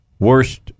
Worst